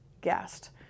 guest